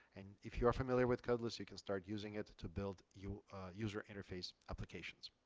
and if you are familiar with codeless, you can start using it to to build you user interface applications.